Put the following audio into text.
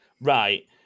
right